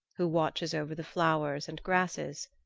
who watches over the flowers and grasses,